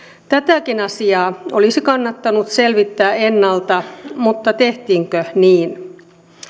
tätäkin asiaa olisi kannattanut selvittää ennalta mutta tehtiinkö niin